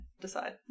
decide